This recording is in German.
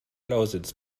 lausitz